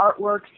artwork